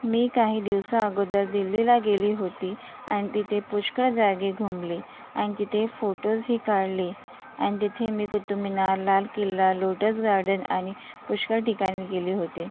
मी काही दिवसाअगोदर दिल्लीला गेली होती आन तिथे पुष्कळ जागेत घुमली आणि तिथे फोटोजही काढली आन् तेथे मी कुतुबमिनार लाल किल्ला लोटस गार्डन आणि पुष्कळ ठिकाणी गेले होते